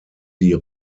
sie